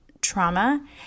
trauma